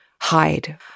hide